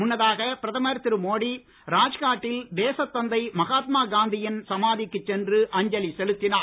முன்னதாக பிரதமர் திரு மோடி ராஜ்காட்டில் தேசத் தந்தை மகாத்மாகாந்தியின் சமாதிக்கு சென்று அஞ்சலி செலுத்தினார்